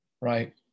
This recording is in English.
Right